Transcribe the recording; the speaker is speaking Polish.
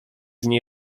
dni